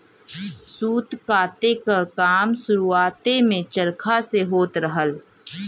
सूत काते क काम शुरुआत में चरखा से होत रहल